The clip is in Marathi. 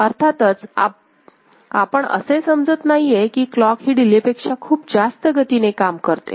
अर्थातच आपण असे समजत नाहीये क्लॉक हि डिलेपेक्षा खूप जास्त गतीने काम करते